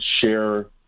share